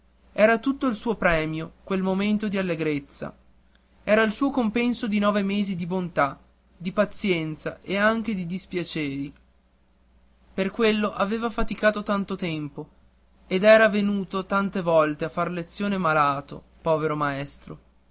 era tutto il suo premio quel momento d'allegrezza era il compenso di nove mesi di bontà di pazienza ed anche di dispiaceri per quello aveva faticato tanto tempo ed era venuto tante volte a far lezione malato povero maestro